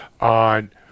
on